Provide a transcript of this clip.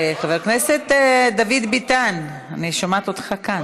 חבר הכנסת דוד ביטן, אני שומעת אותך כאן.